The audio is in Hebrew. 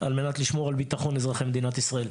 על מנת לשמור על ביטחון אזרחי מדינת ישראל.